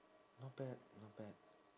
not bad not bad